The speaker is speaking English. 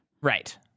right